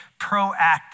proactive